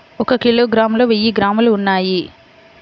ఒక కిలోగ్రామ్ లో వెయ్యి గ్రాములు ఉన్నాయి